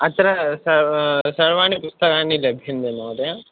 अत्र स सर्वाणि पुस्तकानि लभ्यन्ते महोदय